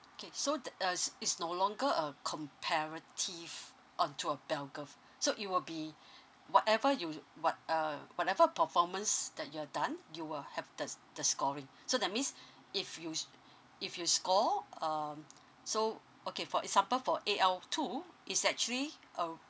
okay so the uh s~ is no longer a comparative on to a bell curve so it will be whatever you what uh whatever performance that you are done you will have the s~ the scoring so that means if you s~ if you score um so okay for example for A_L two is actually a